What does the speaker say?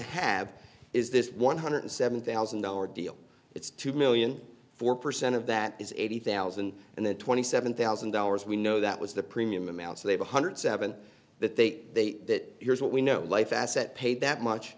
have is this one hundred seven thousand dollar deal it's two million four percent of that is eighty thousand and then twenty seven thousand dollars we know that was the premium amount so they one hundred seven that they say that here's what we know life asset paid that much